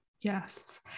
Yes